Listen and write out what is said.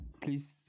please